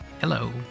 Hello